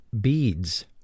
beads